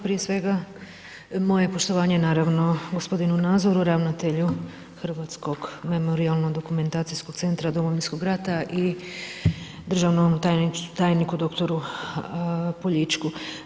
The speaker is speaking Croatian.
Prije svega moje poštovanje naravno gospodinu Nazoru, ravnatelju Hrvatskog memorijalno-dokumentacijskog centra Domovinskog rata i državnom tajniku dr. Poljičku.